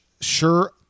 sure